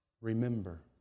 Remember